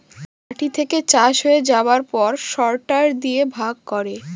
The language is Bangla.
মাটি থেকে চাষ হয়ে যাবার পর সরটার দিয়ে ভাগ করে